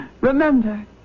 Remember